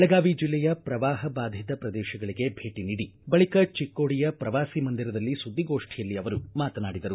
ಬೆಳಗಾವಿ ಜಿಲ್ಲೆಯ ಶ್ರವಾಹ ಬಾಧಿತ ಶ್ರದೇಶಗಳಗೆ ಭೇಟಿ ನೀಡಿ ಬಳಿಕ ಚಿಕ್ಕೋಡಿಯ ಶ್ರವಾಸಿ ಮಂದಿರದಲ್ಲಿ ಸುದ್ದಿಗೋಷ್ಠಿಯಲ್ಲಿ ಅವರು ಮಾತನಾಡಿದರು